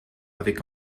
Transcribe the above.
avec